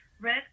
Red